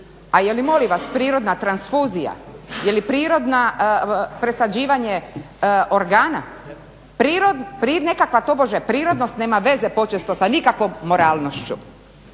A je li, molim vas, prirodna transfuzija? Je li prirodno presađivanje organa? Nekakva tobože prirodnost nema veze počesto sa nikakvom moralnošću.